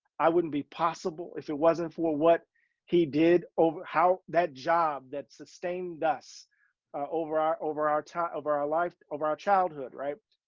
i wouldn't be possible if it wasn't for what he did over how that job that's sustained us over our, over our time, of our our lives, over our childhood. right?